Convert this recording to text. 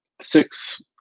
six